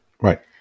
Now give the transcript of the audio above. Right